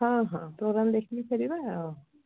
ହଁ ହଁ ପୋଗ୍ରାମ୍ ଦେଖିକି ଫେରିବା ଆଉ